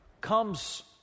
comes